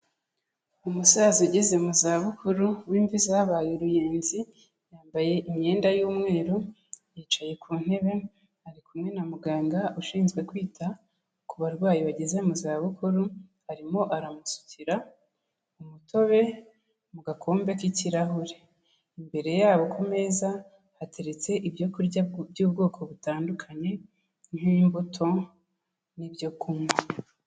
Umusaza ugeze mu zabukuru w'imvi zabaye uruyenzi, yambaye imyenda y'umweru, yicaye ku ntebe ari kumwe na muganga ushinzwe kwita ku barwayi bageze mu zabukuru, arimo aramusukira umutobe mu gakombe k'ikirahure. Imbere yabo ku meza, hateretse ibyo kurya by'ubwoko butandukanye, nk'imbuto n'ibyo kunywa.